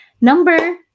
Number